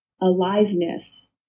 aliveness